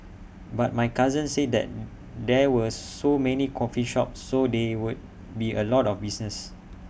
but my cousin said that there were so many coffee shops so they would be A lot of business